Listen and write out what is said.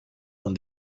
con